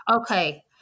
Okay